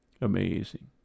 Amazing